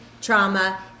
trauma